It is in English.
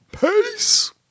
Peace